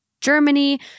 Germany